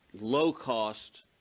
low-cost